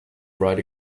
write